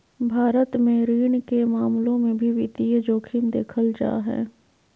भारत मे ऋण के मामलों मे भी वित्तीय जोखिम देखल जा हय